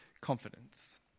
confidence